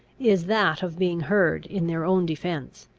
is that of being heard in their own defence.